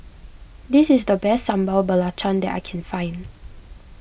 this is the best Sambal Belacan that I can find